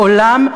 מעולם,